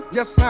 Yes